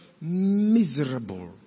miserable